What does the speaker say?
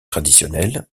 traditionnelle